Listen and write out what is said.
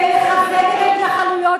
במעמד הר-סיני.